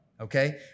okay